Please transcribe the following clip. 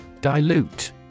Dilute